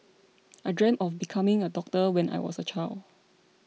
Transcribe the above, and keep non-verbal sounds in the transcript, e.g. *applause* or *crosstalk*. *noise* I dreamt of becoming a doctor when I was a child